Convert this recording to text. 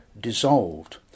dissolved